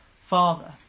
father